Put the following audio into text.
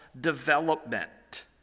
development